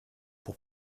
pour